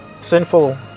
sinful